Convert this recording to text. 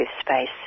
space